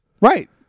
Right